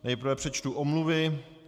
Nejprve přečtu omluvy.